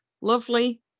lovely